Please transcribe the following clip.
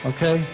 Okay